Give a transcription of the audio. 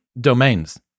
domains